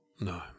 No